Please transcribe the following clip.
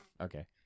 Okay